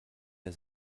der